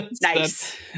nice